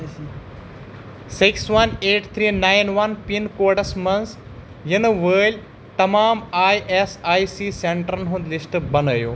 six one eight three nine one pin codes مَنٛز یِنہٕ وٲلۍ تمام آیۍ ایس آیۍ سی سینٹرن ہُنٛد لسٹ بنٲیِو